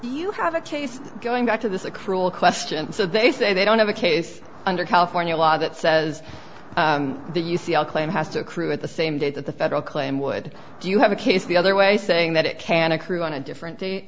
you have a case going back to this a cruel question so they say they don't have a case under california law that says the u c l claim has to accrue at the same date that the federal claim would do you have a case the other way saying that it can occur on a different da